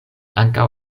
ankaŭ